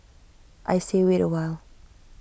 I say wait A while